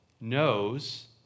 knows